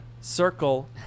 circle